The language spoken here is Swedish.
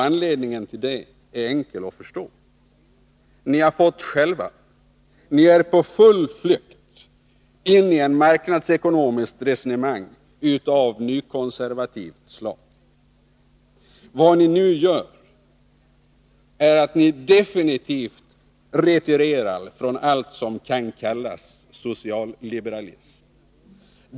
Anledningen är enkel att förstå. Ni har fått skälva, ni är på full flykt in i ett marknadsekonomiskt resonemang av nykonservativt slag. Vad ni nu gör är att ni definitivt retirerar från allt som kan kallas socialliberalism.